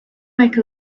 make